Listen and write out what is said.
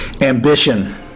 Ambition